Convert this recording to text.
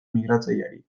migratzaileari